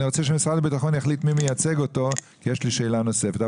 אני רוצה שמשרד הביטחון יחליט מי מייצג אותו כי יש לי שאלה נוספת.